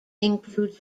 includes